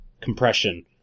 compression